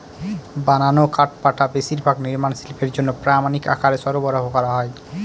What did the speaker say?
বানানো কাঠপাটা বেশিরভাগ নির্মাণ শিল্পের জন্য প্রামানিক আকারে সরবরাহ করা হয়